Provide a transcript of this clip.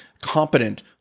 competent